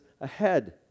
ahead